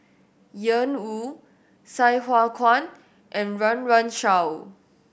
Ian Woo Sai Hua Kuan and Run Run Shaw